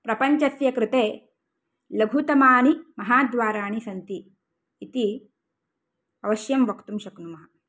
प्रपञ्चस्य कृते लघुतमानि महाद्वाराणि सन्ति इति अवश्यं वक्तुं शक्नुमः